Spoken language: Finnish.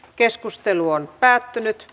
keskustelua ei syntynyt